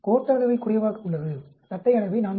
கோட்ட அளவை குறைவாக உள்ளது தட்டை அளவை 4